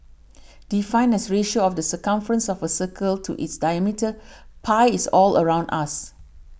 defined as ratio of the circumference of a circle to its diameter pi is all around us